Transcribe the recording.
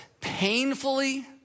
painfully